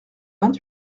vingt